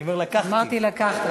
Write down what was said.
אמרתי: לקחתי.